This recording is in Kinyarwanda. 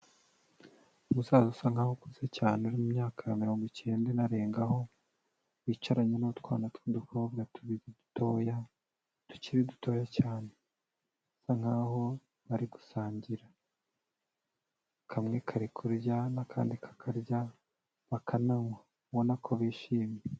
Umusaza usa nkaho ukuze cyane uri mu myaka mirongo icyenda inarengaho, wicaranye n'utwana tw'udukobwa tubiri dutoya tukiri dutoya cyane, bisa nkaho bari gusangira. Kamwe kari kurya n'akandi kakarya, bakananywa ubona ko bishimye.